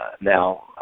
Now